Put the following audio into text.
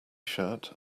shirt